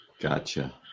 Gotcha